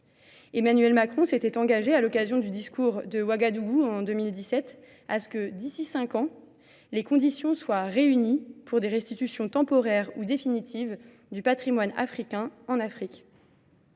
Emmanuel Macron s'était engagé à l'occasion du discours de Ouagadougou en 2017 à ce que, d'ici cinq ans, les conditions soient réunies pour des restitutions temporaires ou définitives du patrimoine africain en Afrique.